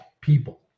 people